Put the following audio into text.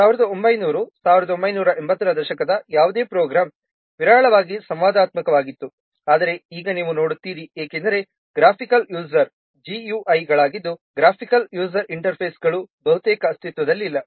1900 1980 ರ ದಶಕದಲ್ಲಿ ಯಾವುದೇ ಪ್ರೋಗ್ರಾಂ ವಿರಳವಾಗಿ ಸಂವಾದಾತ್ಮಕವಾಗಿತ್ತು ಆದರೆ ಈಗ ನೀವು ನೋಡುತ್ತೀರಿ ಏಕೆಂದರೆ ಗ್ರಾಫಿಕಲ್ ಯೂಸರ್ GUI ಗಳಾಗಿದ್ದು ಗ್ರಾಫಿಕಲ್ ಯೂಸರ್ ಇಂಟರ್ಫೇಸ್ಗಳುಬಹುತೇಕ ಅಸ್ತಿತ್ವದಲ್ಲಿಲ್ಲ